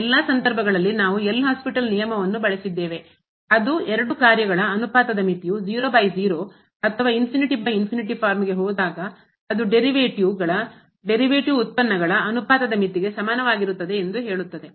ಎಲ್ಲಾ ಸಂದರ್ಭಗಳಲ್ಲಿ ನಾವು ಎಲ್ ಹಾಸ್ಪಿಟಲ್ ನಿಯಮವನ್ನು ಬಳಸಿದ್ದೇವೆ ಅದು ಎರಡು ಕಾರ್ಯಗಳ ಅನುಪಾತದ ಮಿತಿಯು 00 ಅಥವಾ ಫಾರ್ಮ್ಗೆ ಹೋದಾಗ ಅದು derivative ಉತ್ಪನ್ನಗಳ derivative ಉತ್ಪನ್ನಗಳ ಅನುಪಾತದ ಮಿತಿಗೆ ಸಮಾನವಾಗಿರುತ್ತದೆ ಎಂದು ಹೇಳುತ್ತದೆ